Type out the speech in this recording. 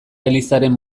elizaren